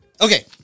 Okay